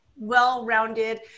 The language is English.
well-rounded